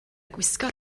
gwisgo